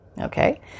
Okay